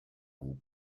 goût